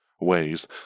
ways